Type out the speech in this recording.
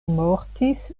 mortis